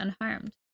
unharmed